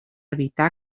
evitar